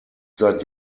seit